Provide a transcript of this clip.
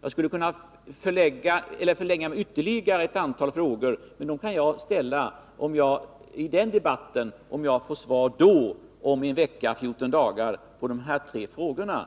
Jag skulle kunna ställa ytterligare ett antal frågor, men det kan jag göra i den debatt som vi skall ha om en vecka eller 14 dagar. Jag får se om jag då får svar på dessa tre frågor.